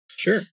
Sure